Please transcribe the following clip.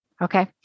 Okay